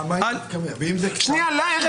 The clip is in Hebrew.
ואם זה --- שנייה, ארז.